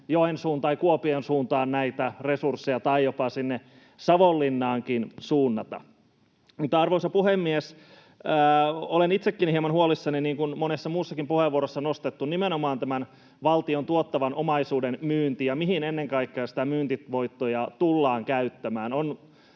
Joensuun tai Kuopion suuntaan näitä resursseja tai jopa sinne Savonlinnaankin suunnata. Arvoisa puhemies! Olen itsekin hieman huolissani, niin kuin monessa muussakin puheenvuorossa on nostettu, nimenomaan tämän valtion tuottavan omaisuuden myynnistä ja siitä, mihin ennen kaikkea niitä myyntivoittoja tullaan käyttämään.